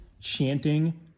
chanting